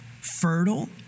fertile